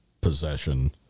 possession